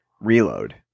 reload